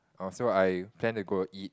oh so I plan to go eat